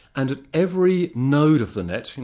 and at every node of the net,